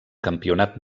campionat